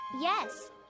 Yes